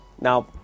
Now